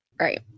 Right